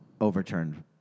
overturned